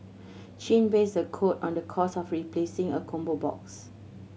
chin based the quote on the cost of replacing a combo box